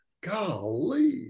golly